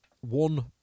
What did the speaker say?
one